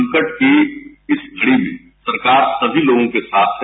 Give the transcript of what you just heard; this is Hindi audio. संकट की इस घड़ी में सरकार सभी लोगों के साथ है